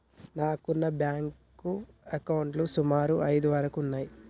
నాకున్న బ్యేంకు అకౌంట్లు సుమారు ఐదు వరకు ఉన్నయ్యి